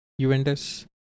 Juventus